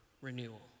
renewal